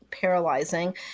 paralyzing